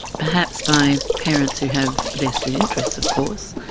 perhaps by parents who have vested interests, of course,